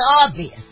obvious